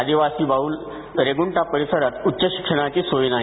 आदिवासीबहल रेगुंठा परिसरात उच्चशिक्षणाची सोय नाही